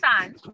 on